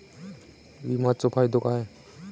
विमाचो फायदो काय?